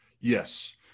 Yes